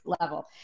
level